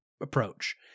approach